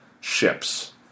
ships